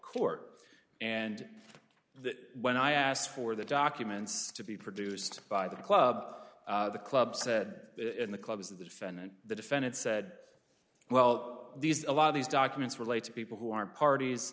court and that when i asked for the documents to be produced by the club the club said in the clubs that the defendant the defendant said well these a lot of these documents were later people who are parties